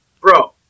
bro